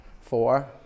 four